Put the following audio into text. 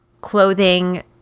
clothing